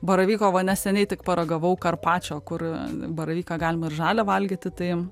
baravyko va neseniai tik paragavau karpačio kur baravyką galima ir žalią valgyti tai